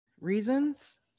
reasons